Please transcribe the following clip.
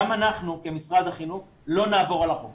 גם אנחנו כמשרד החינוך לא נעבור על החוק